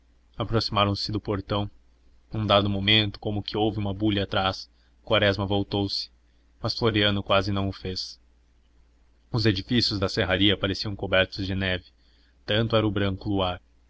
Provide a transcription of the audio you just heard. aproximaram-se do portão num dado momento como que houve uma bulha atrás quaresma voltou-se mas floriano quase não o fez os edifícios da serraria pareciam cobertos de neve tanto era o branco